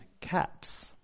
caps